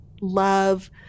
love